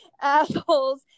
Assholes